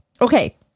Okay